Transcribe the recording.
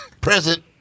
Present